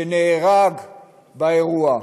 שנהרג באירוע.